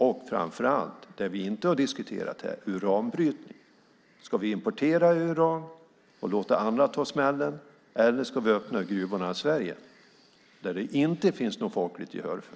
Framför allt handlar det om något som vi inte har diskuterat här, uranbrytning. Ska vi importera uran och låta andra ta smällen? Eller ska vi öppna gruvorna i Sverige? Det finns det inte något folkligt gehör för.